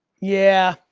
yeah,